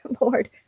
Lord